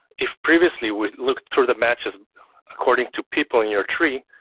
if previously we looked through the matches according to people in your tree,